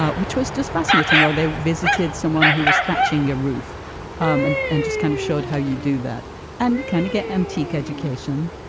ah which was just fascinating, or they visited someone who was thatching, a roof um and and just kind of showed how you do that and you kind of get antique education.